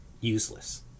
useless